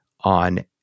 on